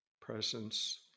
presence